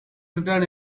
return